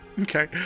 Okay